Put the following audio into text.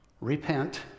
repent